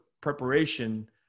preparation